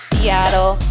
Seattle